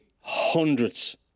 hundreds